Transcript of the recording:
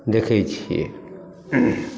देखै छिए